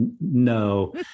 No